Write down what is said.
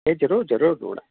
ಹೇ ಜರೂರು ಜರೂರು ನೋಡಣ